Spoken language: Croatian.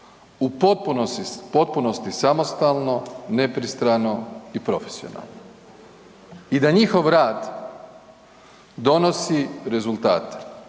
u potpunosti, samostalno, nepristrano i profesionalno i da njihov rad donosi rezultate,